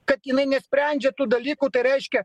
kad jinai nesprendžia tų dalykų tai reiškia